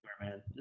man